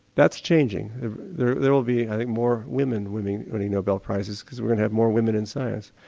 that's changing there there will be like more women winning winning nobel prizes because we have more women in science.